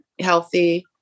healthy